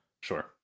Sure